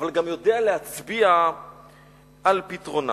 אבל גם יודע להצביע על פתרונה.